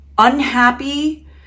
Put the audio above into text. unhappy